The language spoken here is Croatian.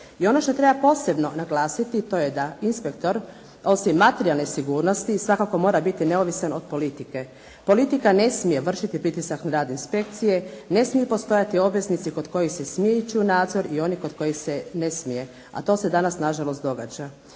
I ono što treba posebno naglasiti to je da inspektor osim materijalne sigurnosti i svakako mora biti neovisan od politike. Politika ne smije vršiti pritisak na rad inspekcije, ne smiju postojati obveznici kod kojih se smije ići u nadzor i oni kod kojih se ne smije. A to se danas na žalost događa.